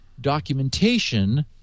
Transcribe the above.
documentation